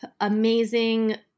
amazing